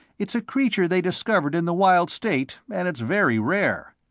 it's a creature they discovered in the wild state and it's very rare.